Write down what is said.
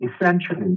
essentially